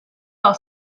aus